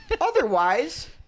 Otherwise